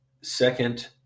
second